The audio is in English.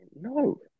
No